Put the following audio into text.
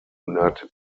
united